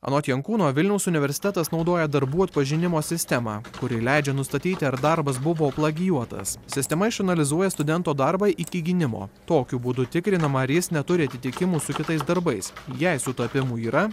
anot jankūno vilniaus universitetas naudoja darbų atpažinimo sistemą kuri leidžia nustatyti ar darbas buvo plagijuotas sistema išanalizuoja studento darbą iki gynimo tokiu būdu tikrinama ar jis neturi atitikimų su kitais darbais jei sutapimų yra